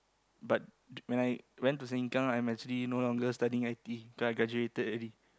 but d~ when I went to sengkang I'm actually no longer studying i_t_e cause I graduated already